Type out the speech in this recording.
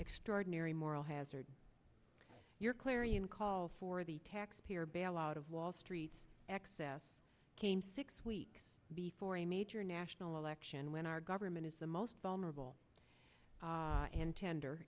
extraordinary moral hazard your clarion call for the taxpayer bailout of wall street's excess came six weeks before a major national election when our government is the most vulnerable and tender